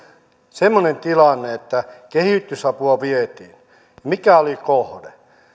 semmoinen tilanne että kehitysapua vietiin sinne mikä oli kohde